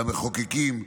למחוקקים,